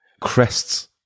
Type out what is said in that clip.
Crests